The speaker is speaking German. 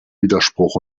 widerspruch